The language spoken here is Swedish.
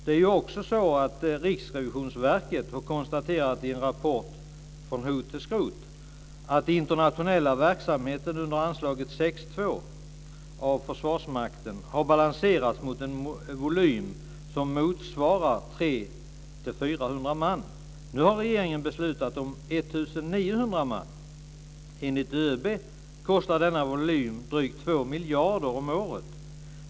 Det är också så att Riksrevisionsverket har konstaterat i sin rapport Från hot till skrot att den internationella verksamheten under anslaget 6:2 till Försvarsmakten har balanserats mot en volym som motsvarar 300-400 man. Nu har regeringen beslutat om 2 miljarder kronor om året.